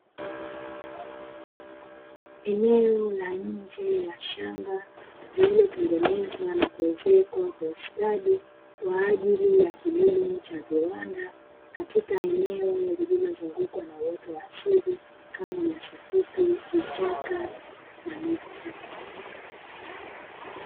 Eneo la nje ya shamba lililotengenezwa na kuezekwa kwa ustadi kwa ajili ya kilimo cha viwanda, katika eneo lililozungukwa na uoto wa asili kama: nyasi fupi, vichaka na miti.